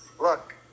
Look